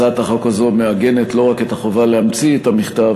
הצעת החוק הזאת מעגנת לא רק את החובה להמציא את המכתב,